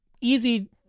easy